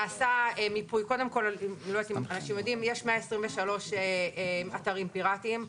נעשה מיפוי יש 123 אתרים פירטיים,